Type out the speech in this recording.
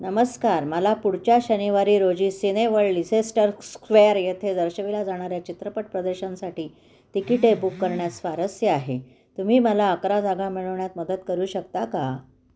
नमस्कार मला पुढच्या शनिवारी रोजी सिनेवळ लिसेस्टर स्क्वेअर येथे दर्शविल्या जाणाऱ्या चित्रपट प्रदर्शनसाठी तिकिटे बुक करण्यात स्वारस्य आहे तुम्ही मला अकरा जागा मिळवण्यात मदत करू शकता का